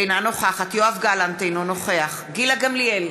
אינה נוכחת יואב גלנט, אינו נוכח גילה גמליאל,